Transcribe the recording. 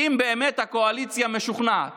אם באמת הקואליציה משוכנעת